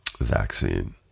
vaccine